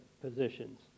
positions